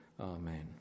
amen